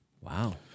Wow